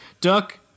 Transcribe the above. duck